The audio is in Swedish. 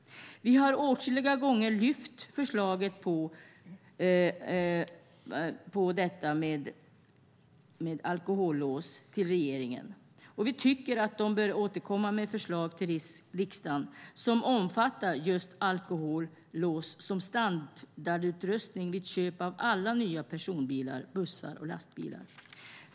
Vi har åtskilliga gånger lyft fram förslaget om alkolås till regeringen och tycker att de bör återkomma med ett förslag till riksdagen som omfattar just alkolås som standardutrustning i alla ny personbilar, bussar och lastbilar.